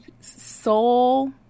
soul